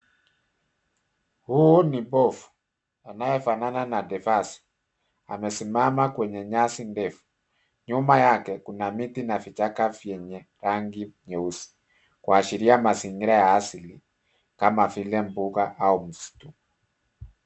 Huyu ni pofu anayefanana na Devas . Anasimama kwenye nyasi ndefu. Nyuma yake kuna miti na vichaka vyenye rangi nyeusi, kuashiria mazingira ya asili kama vile mbunga au msitu.